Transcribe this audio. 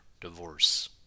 divorce